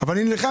אבל אני נלחמתי.